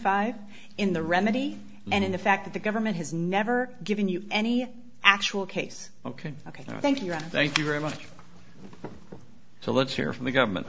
five in the remedy and in the fact that the government has never given you any actual case ok ok thank you thank you very much so let's hear from the government